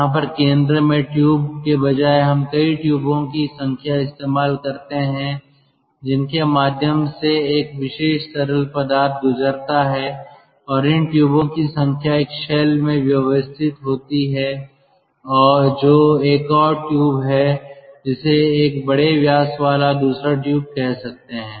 यहां पर केंद्र में एक ट्यूब के बजाय हम कई ट्यूबों की संख्या इस्तेमाल करते हैं जिनके माध्यम से एक विशेष तरल पदार्थ गुजरता है और इन ट्यूबों की संख्या एक शेल में व्यवस्थित होती है जो एक और ट्यूब है जिसे हम एक बड़े व्यास वाला दूसरा ट्यूब कह सकते हैं